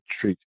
treat